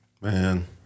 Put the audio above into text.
man